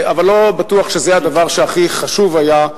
אבל לא בטוח שזה הדבר שהכי חשוב היה,